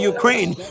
Ukraine